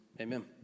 amen